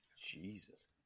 Jesus